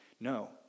No